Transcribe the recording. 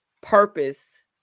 purpose